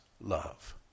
love